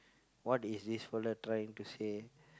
what is this fellow trying to say